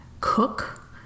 cook